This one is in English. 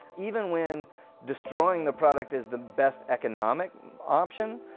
even when destroying the product is the best economic option,